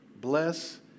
bless